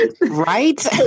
Right